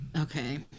Okay